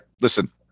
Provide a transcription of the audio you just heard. Listen